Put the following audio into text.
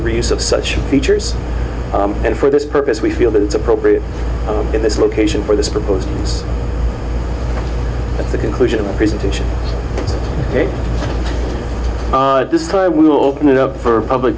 reuse of such features and for this purpose we feel that it's appropriate in this location for this proposed at the conclusion of the presentation at this time we will open it up for public